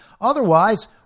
Otherwise